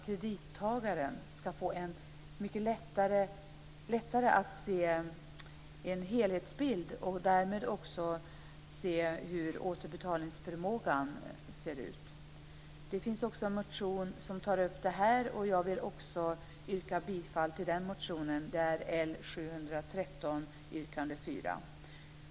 Kredittagaren ska på så sätt lättare få en helhetsbild och därmed se hur återbetalningsförmågan ser ut. Det finns en motion som tar upp frågan, och jag yrkar bifall till motion L713, yrkande 4.